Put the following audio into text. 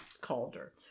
Calder